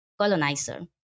colonizer